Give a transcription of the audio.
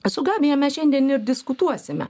su gabija mes šiandien ir diskutuosime